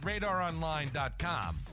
radaronline.com